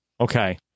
Okay